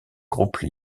groupe